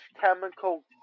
chemical